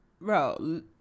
Bro